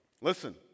Listen